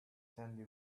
sandy